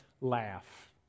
laugh